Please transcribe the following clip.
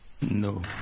No